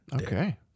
Okay